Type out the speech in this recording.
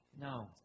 No